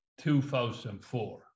2004